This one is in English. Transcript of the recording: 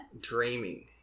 Dreaming